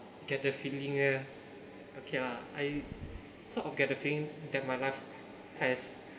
get the feeling eh okay lah I sort of get a feeling that my life has